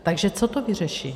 Takže co to vyřeší?